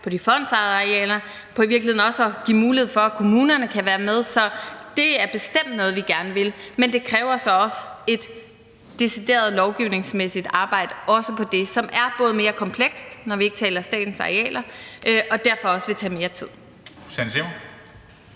på de fondsejede arealer og i virkeligheden også på at give mulighed for, at kommunerne kan være med. Så det er bestemt noget, vi gerne vil, men det kræver så også et decideret lovgivningsmæssigt arbejde på det område, som er mere komplekst, når det ikke handler om statens arealer, og som derfor også vil tage mere tid.